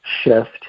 shift